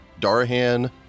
Darahan